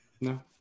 No